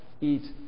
Eat